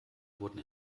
wurden